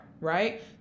Right